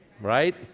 Right